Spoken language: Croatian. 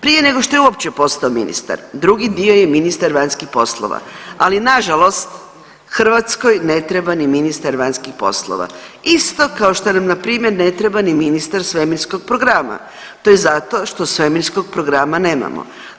Prije nego što je uopće postao ministar, drugi dio je ministar vanjskih poslova, ali nažalost Hrvatskoj ne treba ni ministar vanjskih poslova, isto kao što nam npr. ne treba ni ministar svemirskog programa, to je zato što svemirskog programa nemamo.